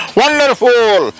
wonderful